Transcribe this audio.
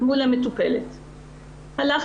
הייתי